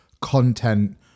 content